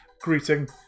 greeting